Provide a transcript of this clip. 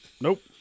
nope